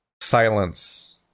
silence